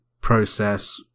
process